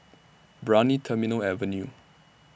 Brani Terminal Avenue